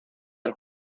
del